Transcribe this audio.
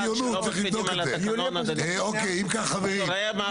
אם כך חברים,